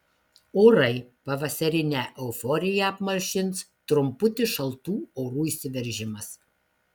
orai pavasarinę euforiją apmalšins trumputis šaltų orų įsiveržimas